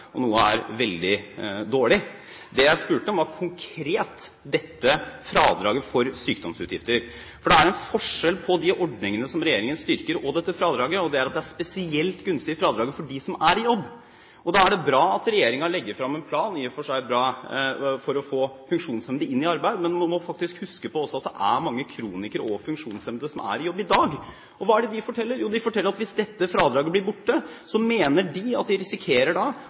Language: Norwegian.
veldig dårlig. Det jeg spurte om, var konkret dette fradraget for sykdomsutgifter, for det er forskjell på de ordningene som regjeringen styrker, og dette fradraget. Det er et spesielt gunstig fradrag for dem som er i jobb. Da er det i og for seg bra at regjeringen legger fram en plan for å få funksjonshemmede inn i arbeid, men man må også huske på at det er mange kronikere og funksjonshemmede som er i jobb i dag. Og hva er det de forteller? Jo, at hvis dette fradraget blir borte, mener de at de risikerer